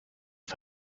für